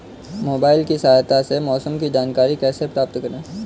Mobile की सहायता से मौसम की जानकारी कैसे प्राप्त करें?